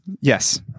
yes